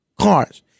cars